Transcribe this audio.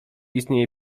istnieje